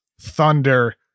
thunder